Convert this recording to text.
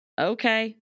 Okay